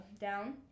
down